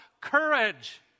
courage